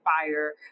fire